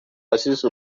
azize